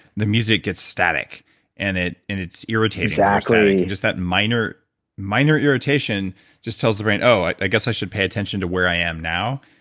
the music gets static and and it's irritating exactly just that minor minor irritation just tells the brain, oh, i guess i should pay attention to where i am now,